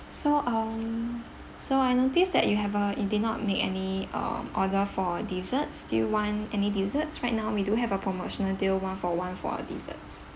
so um so I noticed that you have uh you did not make any uh order for desserts do you want any desserts right now we do have a promotional deal one for one for a desserts